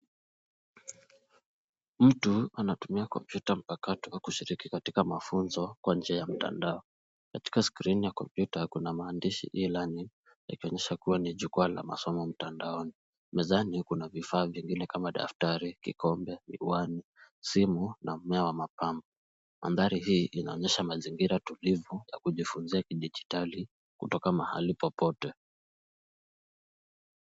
Mtu anatumia komputa mpakato kushiriki katika mafunzo kwa njia ya mtandao. Katika skrini ya komputa kuna maandishi (cs)e_learning (cs)yakionyesha kuwa ni jukwaa la masomo mtandaoni. Mezani, kuna vifaa vingine kama daftari, kikombe, miwani, simu na mmea wa mapambo. Mandhari hii inaonyesha mazingira tulivu yakujifunzia kidijitali kutoka mahali popote.